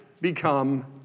become